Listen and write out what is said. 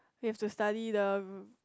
you have to study the